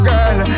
Girl